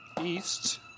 east